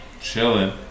Chilling